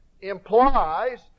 implies